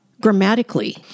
grammatically